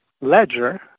ledger